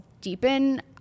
deepen